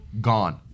gone